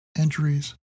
injuries